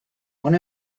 one